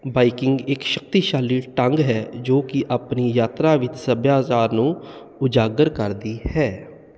biking ਇੱਕ ਸ਼ਕਤੀਸ਼ਾਲੀ ਢੰਗ ਹੈ ਜੋ ਕਿ ਆਪਣੀ ਯਾਤਰਾ ਵਿੱਚ ਸੱਭਿਆਚਾਰ ਨੂੰ ਉਜਾਗਰ ਕਰਦੀ ਹੈ